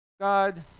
God